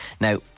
now